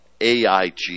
AIG